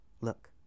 Look